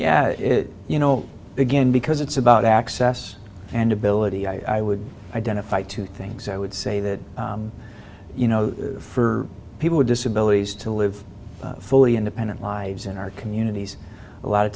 yeah you know begin because it's about access and ability i would identify two things i would say that you know for people with disabilities to live fully independent lives in our communities a lot of